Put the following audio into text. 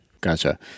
gotcha